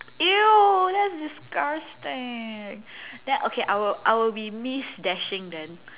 !eww! that's disgusting then okay I would I will be miss dashing then